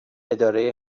اداره